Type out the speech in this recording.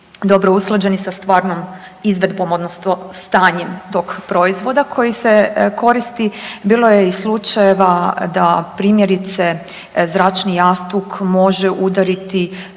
dobro usklađeni sa stvarnom izvedbom odnosno stanjem tog proizvoda koji se koristi, bilo je i slučajeva da primjerice zračni jastuk može udariti